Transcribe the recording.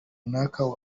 runaka